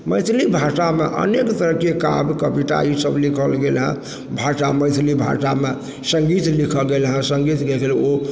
मैथिली भाषामे अनेक तरहके काव्य कविता ई सब लिखल गेल हँ भाषा मैथिली भाषामे सङ्गीत लिखल गेल हँ सङ्गीत लिखल गेल हँ ओ सङ्गीत